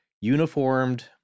uniformed